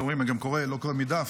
אתם רואים, אני גם לא קורא מדף.